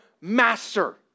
master